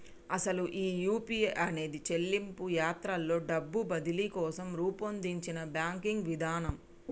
అసలు ఈ యూ.పీ.ఐ అనేది చెల్లింపు యాత్రలో డబ్బు బదిలీ కోసం రూపొందించిన బ్యాంకింగ్ విధానం